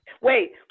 Wait